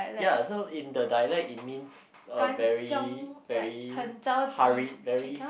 ya so in the dialect it means uh very very hurried very